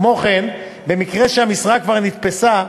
כמו כן, במקרה שהמשרה כבר נתפסה,